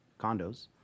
condos